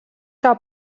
que